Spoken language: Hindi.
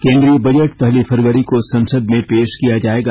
केंद्रीय बजट पहली फरवरी को संसद में पेश किया जाएगा